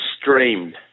streamed